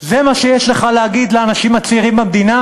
זה מה שיש לך להגיד לאנשים הצעירים במדינה?